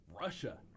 Russia